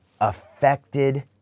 affected